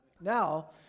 Now